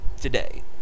today